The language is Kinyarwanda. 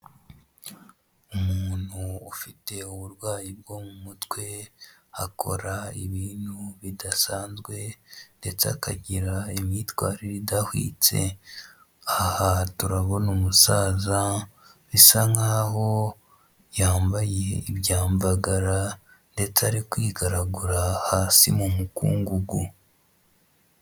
Umuntu ufite uburwayi bwo mu mutwe akora ibintu bidasanzwe ndetse akagira imyitwarire idahwitse, aha turabona umusaza bisa nk'aho yambaye ibyamvagara ndetse ari kwigaragura hasi mu mukungugu.